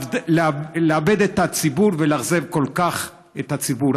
ולאבד את הציבור ולאכזב כל כך את הציבור.